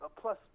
plus